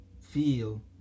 feel